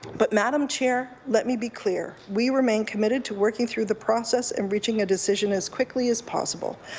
but madam chair, let me be clear, we remain committed to working through the process and reaching a decision as quickly as possible.